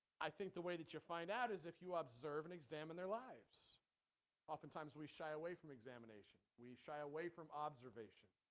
i think the way to to find out is if you observe an examiner wires oftentimes we shy away from examination we shy away from ah observa